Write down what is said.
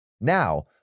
Now